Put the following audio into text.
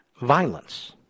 violence